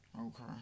Okay